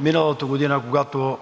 миналата година, когато